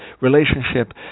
relationship